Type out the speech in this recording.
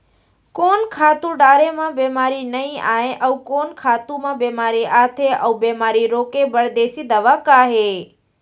कोन खातू डारे म बेमारी नई आये, अऊ कोन खातू म बेमारी आथे अऊ बेमारी रोके बर देसी दवा का हे?